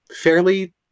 fairly